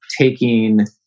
taking